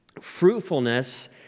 Fruitfulness